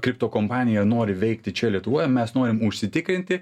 kripto kompanija nori veikti čia lietuvoj o mes norim užsitikrinti